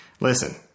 Listen